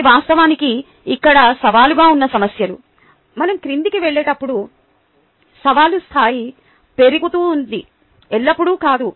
ఇవి వాస్తవానికి ఇక్కడ సవాలుగా ఉన్న సమస్యలు మనం క్రిందికి వెళ్ళేటప్పుడు సవాలు స్థాయి పెరుగుతుంది ఎల్లప్పుడూ కాదు